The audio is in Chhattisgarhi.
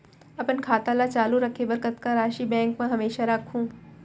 अपन खाता ल चालू रखे बर कतका राशि बैंक म हमेशा राखहूँ?